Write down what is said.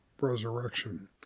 resurrection